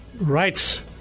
rights